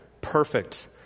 perfect